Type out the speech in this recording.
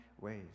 ways